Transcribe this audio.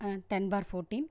ten bar fourteen